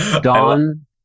Dawn